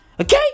Okay